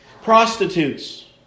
Prostitutes